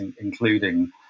including